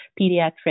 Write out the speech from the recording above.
pediatric